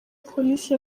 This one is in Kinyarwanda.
police